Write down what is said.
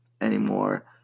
anymore